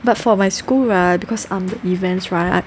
but for my school right because I'm in events right